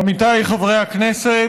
עמיתיי חברי הכנסת,